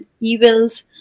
evils